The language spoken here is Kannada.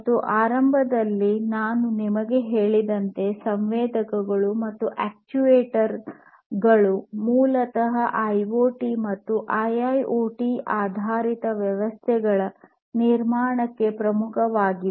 ಮತ್ತು ಆರಂಭದಲ್ಲಿ ನಾನು ನಿಮಗೆ ಹೇಳಿದಂತೆ ಸಂವೇದಕಗಳು ಮತ್ತು ಅಕ್ಚುಯೇಟರ್ ಗಳು ಮೂಲತಃ ಐಓಟಿ ಮತ್ತು ಐಐಓಟಿ ಆಧಾರಿತ ವ್ಯವಸ್ಥೆಗಳ ನಿರ್ಮಾಣಕ್ಕೆ ಪ್ರಮುಖವಾಗಿವೆ